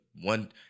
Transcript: one